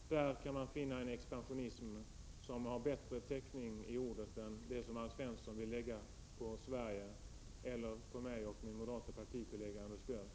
I ett sådant fall har ordet ”expansionistisk” bättre täckning än när Alf Svensson vill använda det på mig och på min moderata partikollega Anders Björck.